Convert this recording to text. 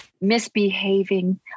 misbehaving